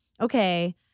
okay